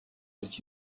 did